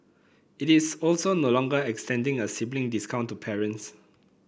it is also no longer extending a sibling discount to parents